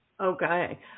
Okay